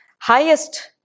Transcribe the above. highest